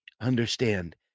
understand